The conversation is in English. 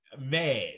mad